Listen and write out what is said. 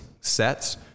sets